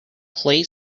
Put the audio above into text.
play